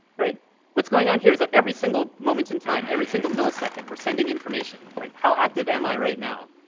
right? what's going on here is that every single moment in time, every single millisecond we're sending information, right? how active am i right now,